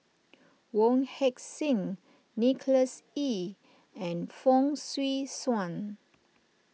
Wong Heck Sing Nicholas Ee and Fong Swee Suan